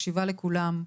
מקשיבה לכולם.